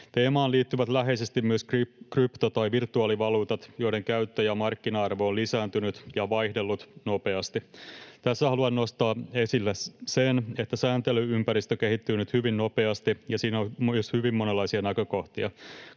Teemaan liittyvät läheisesti myös krypto-, virtuaalivaluutat, joiden käyttö ja markkina-arvo ovat lisääntyneet ja vaihdelleet nopeasti. Tässä haluan nostaa esille sen, että sääntely-ympäristö kehittyy nyt hyvin nopeasti ja siinä on myös hyvin monenlaisia näkökohtia.